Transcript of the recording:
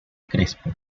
crespo